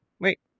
Wait